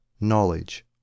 Knowledge